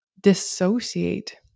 dissociate